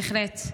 בהחלט.